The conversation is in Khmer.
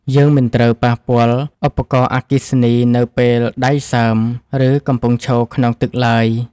យើងមិនត្រូវប៉ះពាល់ឧបករណ៍អគ្គិសនីនៅពេលដៃសើម ឬកំពុងឈរក្នុងទឹកឡើយ។